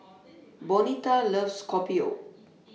Bonita loves Kopi O